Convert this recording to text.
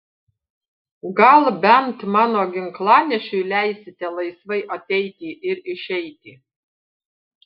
gal bent mano ginklanešiui leisite laisvai ateiti ir išeiti